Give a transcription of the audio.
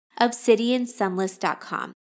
obsidiansunless.com